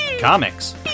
comics